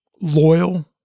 loyal